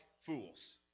fools